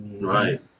Right